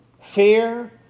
fear